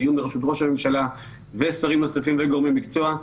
בדיון בראשות ראש הממשלה ושרים נוספים וגורמי מקצוע.